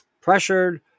pressured